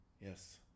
yes